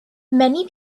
many